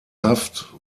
haft